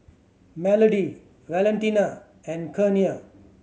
Melodie Valentina and Kenia